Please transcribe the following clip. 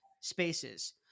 spaces